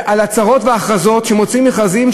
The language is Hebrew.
על הצהרות והכרזות שמוציאים מכרזים,